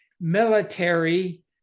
military